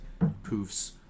poofs